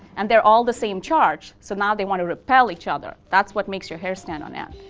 and they're all the same charge. so now they want to repel each other, that's what makes your hair stand on end.